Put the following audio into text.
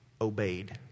obeyed